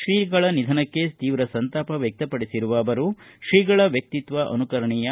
ತ್ರೀಗಳ ನಿಧನಕ್ಕೆ ತೀವ್ರ ಸಂತಾಪ ವ್ಯಕ್ತಿಪಡಿಸಿರುವ ಅವರು ತ್ರೀಗಳ ವ್ಯಕ್ತಿತ್ವ ಅನುಕರಣೀಯ